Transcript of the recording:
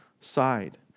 side